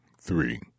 three